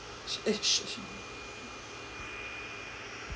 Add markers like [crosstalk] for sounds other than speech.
[noise]